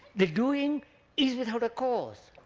the doing is without a cause